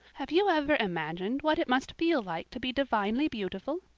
have you ever imagined what it must feel like to be divinely beautiful?